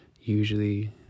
Usually